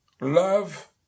Love